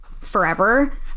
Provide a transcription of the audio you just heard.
forever